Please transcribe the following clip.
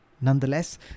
Nonetheless